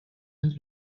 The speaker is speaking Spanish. entre